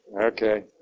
okay